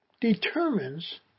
Determines